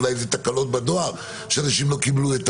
אולי זה תקלות בדואר שאנשים לא קיבלו.